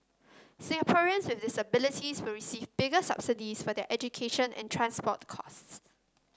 Singaporeans with disabilities will receive bigger subsidies for their education and transport costs